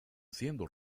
siendo